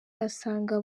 asanga